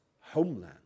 homeland